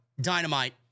Dynamite